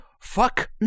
fuck